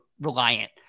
reliant